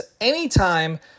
anytime